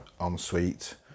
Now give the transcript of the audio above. ensuite